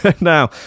now